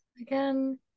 again